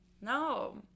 No